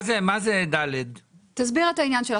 מה התשובה?